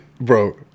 bro